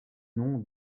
nom